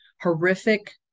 horrific